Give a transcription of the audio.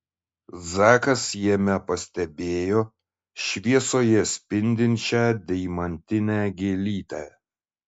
zakas jame pastebėjo šviesoje spindinčią deimantinę gėlytę